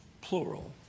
plural